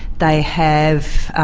they have,